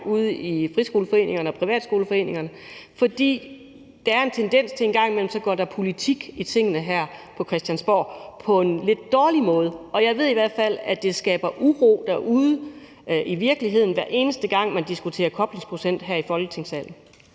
ude i friskoleforeningerne og privatskoleforeningerne. For der er en gang imellem en tendens til, at der her på Christiansborg går politik i tingene på en lidt dårlig måde, og jeg ved i hvert fald, at det skaber uro derude i virkeligheden, hver eneste gang man diskuterer koblingsprocent her i Folketingssalen.